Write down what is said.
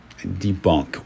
debunk